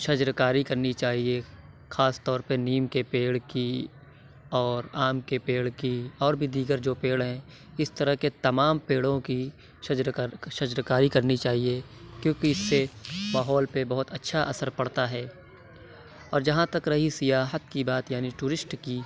شجر کاری کرنی چاہیے خاص طور پہ نیم کے پیڑ کی اور آم کے پیڑ کی اور بھی دیگر جو پیڑ ہیں اِس طرح کے تمام پیڑوں کی شجر و شجر و کاری کرنی چاہیے کیونکہ اِس سے ماحول پہ بہت اچھا اثر پڑتا ہے اور جہاں تک رہی سیاحت کی بات یعنی ٹورسٹ کی